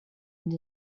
and